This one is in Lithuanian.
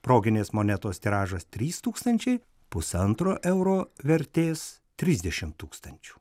proginės monetos tiražas trys tūkstančiai pusantro euro vertės trisdešimt tūkstančių